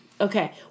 Okay